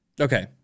okay